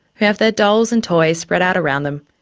who have their dolls and toys spread out around them,